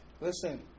Listen